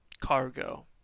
cargo